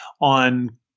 on